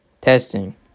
testing